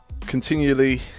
continually